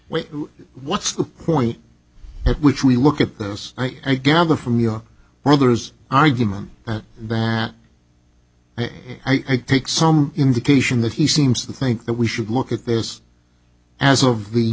with what's the point at which we look at this i gather from your brother's argument that the bat i take some indication that he seems to think that we should look at this as of the